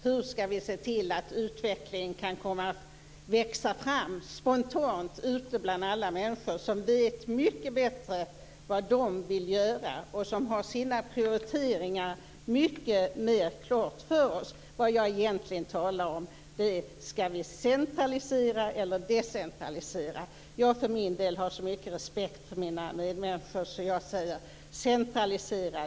Hur skall vi se till att utvecklingen kan växa fram spontant ute bland alla människor, som vet mycket bättre vad de vill göra och som har sina prioriteringar mycket mer klara för sig? Vad jag egentligen talar om är detta: Skall vi centralisera eller decentralisera? Jag har för min del så mycket respekt för mina medmänniskor att jag säger: Centralisera.